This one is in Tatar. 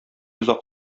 озак